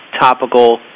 topical